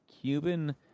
Cuban